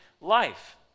life